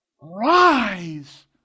rise